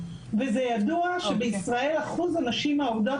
וזה ידוע שבישראל אחוז הנשים העובדות